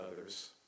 others